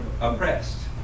oppressed